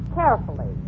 carefully